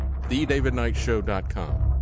TheDavidKnightShow.com